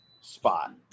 spot